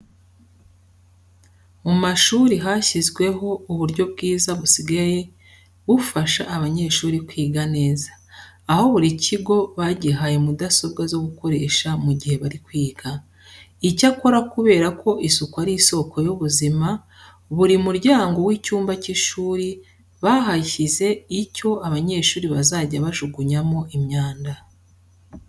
Mu mashuri hashyizweho uburyo bwiza busigaye bufasha abanyeshuri kwiga neza. Aho buri kigo bagihaye mudasobwa zo gukoresha mu gihe bari kwiga. Icyakora kubera ko isuku ari isoko y'ubuzima, buri muryango w'icyumba cy'ishuri bahashyize icyo abanyeshuri bazajya bajugunyamo imyanda.